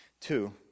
Two